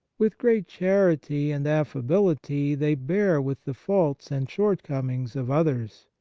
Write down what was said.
with great charity and affability they bear with the faults and shortcomings of others,